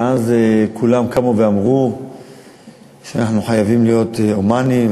ואז כולם קמו ואמרו שאנחנו חייבים להיות הומניים,